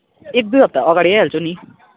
एक दुई हप्ता अगाडि आइहाल्छु नि